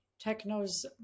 techno's